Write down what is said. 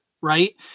right